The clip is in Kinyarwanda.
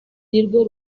nirwo